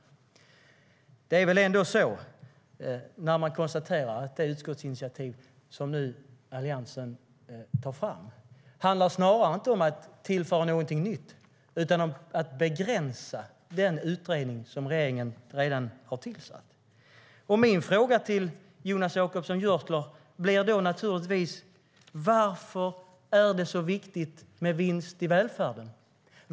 Men det är väl ändå så att det utskottsinitiativ Alliansen nu tar fram inte handlar om att tillföra någonting nytt utan snarare om att begränsa den utredning regeringen har tillsatt. Min fråga till Jonas Jacobsson Gjörtler blir naturligtvis varför det är så viktigt med vinst i välfärden.